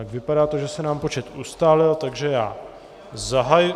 Vypadá to, že se nám počet ustálil, takže já zahajuji...